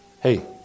hey